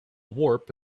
warp